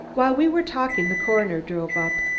while we were talking the coroner drove up.